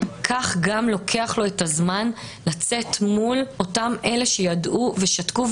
כך גם לוקח לו את הזמן לצאת מול אותם אלה שידעו ושתקו,